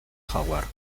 jaguar